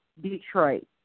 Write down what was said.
Detroit